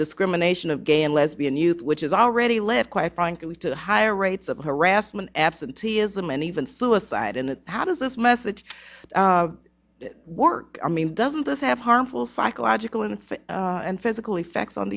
discrimination of gay and lesbian youth which is already live quite frankly to higher rates of harassment absenteeism and even flew aside and how does this message work i mean doesn't this have harmful psychological and physical effects